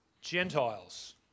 Gentiles